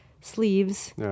sleeves